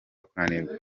kunanirwa